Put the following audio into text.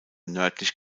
nördlich